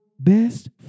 best